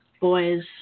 boys